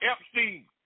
Epstein